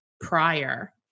prior